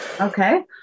Okay